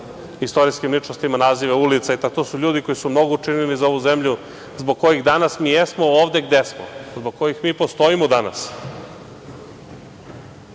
istorijskim ličnostima nazive ulica. To su ljudi koji su mnogo učinili za ovu zemlju zbog kojih mi danas jesmo ovde gde smo. Zbog kojih mi postojimo